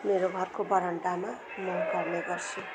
मेरो घरको बरान्डामा म गर्ने गर्छु